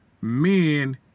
men